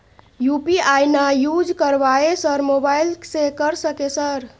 UPI ना use करवाएं sir mobile से कर सके सर?